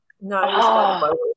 No